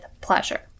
pleasure